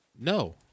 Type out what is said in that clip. No